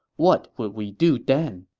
what would we do then?